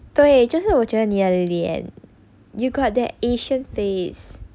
对就是我觉得你的脸 you got that asian face